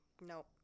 no